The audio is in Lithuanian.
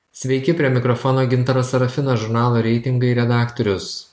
sveiki prie mikrofono gintaras sarafinas žurnalo reitingai redaktorius